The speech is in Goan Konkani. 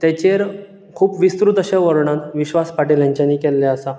तेचेर खूब विस्तृत अशें वर्णन विश्वास पाटील हांच्यांनी केल्लें आसा